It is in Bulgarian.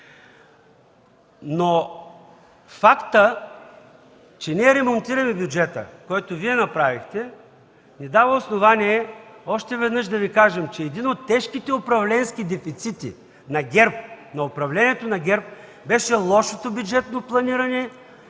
Фактът, че ремонтираме бюджета, който Вие направихте, ни дава основания още веднъж да Ви кажем, че един от тежките управленски дефицити на ГЕРБ беше лошото бюджетно планиране,